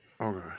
Okay